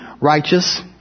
righteous